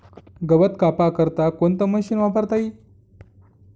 गवत कापा करता कोणतं मशीन वापरता ई?